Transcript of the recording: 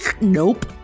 nope